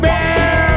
Bear